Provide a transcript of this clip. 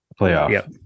playoff